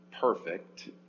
perfect